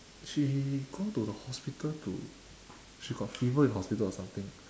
she go to the hospital to she got fever in hospital or something